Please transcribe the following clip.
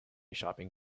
shopping